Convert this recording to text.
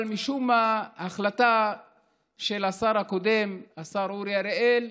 אבל משום מה החלטה של השר הקודם, השר אורי אריאל,